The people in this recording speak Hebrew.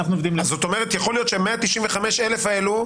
זאת אומרת שיכול להיות ש-195,000 האלו,